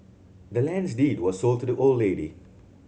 the land's deed was sold to the old lady